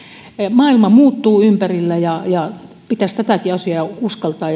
maailma muuttuu ympärillä ja ja pitäisi rohkeasti uskaltaa